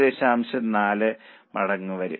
4 മടങ്ങ് വരും